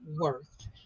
worth